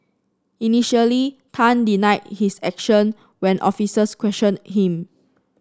initially Tan denied his action when officers questioned him